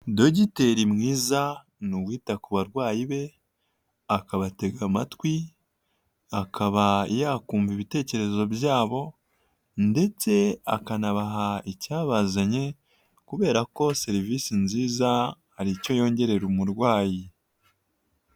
Dogiteri mwiza ni uwita ku barwayi be akabatega amatwi, akaba yakumva ibitekerezo byabo ndetse akanabaha icyabazanye kubera ko serivisi nziza hari icyo yongerera umurwayi.